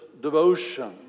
devotion